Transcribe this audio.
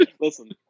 listen